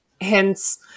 Hence